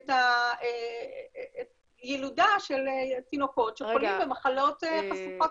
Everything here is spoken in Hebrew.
את הילודה של תינוקות שחולים במחלות חשוכות